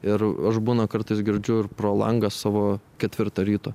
ir aš būna kartais girdžiu ir pro langą savo ketvirtą ryto